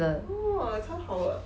orh 超好的